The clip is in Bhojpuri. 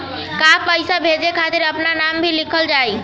का पैसा भेजे खातिर अपने नाम भी लिकल जाइ?